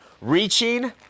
reaching